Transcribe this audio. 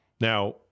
Now